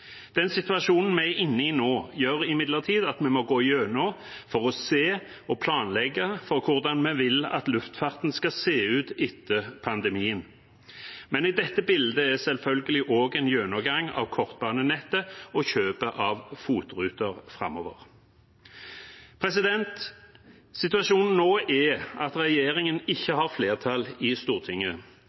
Den situasjonen vi er inne i nå, gjør imidlertid at vi må gå gjennom for å se og planlegge for hvordan vi vil at luftfarten skal se ut etter pandemien. Med i dette bildet er selvfølgelig også en gjennomgang av kortbanenettet og kjøpet av FOT-ruter framover. Situasjonen nå er at regjeringen ikke har flertall i Stortinget.